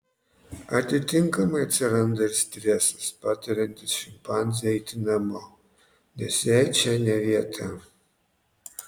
atitinkamai atsiranda ir stresas patariantis šimpanzei eiti namo nes jai čia ne vieta